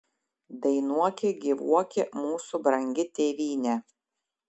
dainuoki gyvuoki mūsų brangi tėvyne